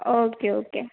okay okay